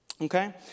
Okay